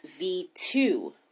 V2